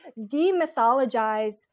demythologize